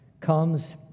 comes